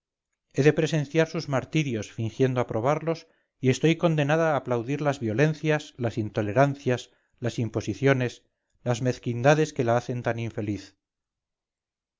he de presenciar sus martirios fingiendo aprobarlos y estoy condenada a aplaudir las violencias las intolerancias las imposiciones las mezquindades que la hacen tan infeliz